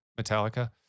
Metallica